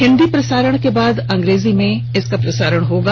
हिन्दी प्रसारण के बाद अंग्रेजी भाषा में इसका प्रसारण होगा